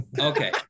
okay